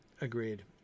Agreed